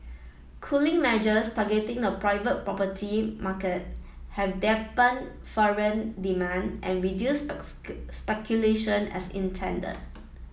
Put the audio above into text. cooling measures targeting the private property market have dampened foreign demand and reduced speculation as intended